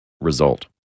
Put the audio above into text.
result